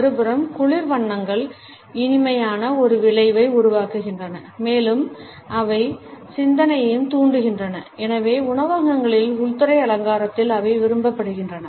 மறுபுறம் குளிர் வண்ணங்கள் இனிமையான ஒரு விளைவை உருவாக்குகின்றன மேலும் அவை சிந்தனையைத் தூண்டுகின்றன எனவே உணவகங்களின் உள்துறை அலங்காரத்தில் அவை விரும்பப்படுகின்றன